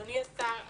אדוני השר,